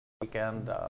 weekend